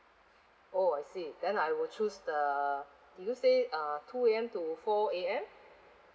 oh I see then I would choose the do you say uh two A_M to four A_M